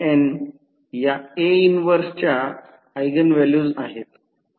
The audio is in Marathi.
n या A 1 च्या ऎगेन व्हॅल्यूज आहेत